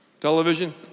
Television